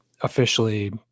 officially